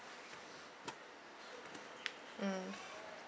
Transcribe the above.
mm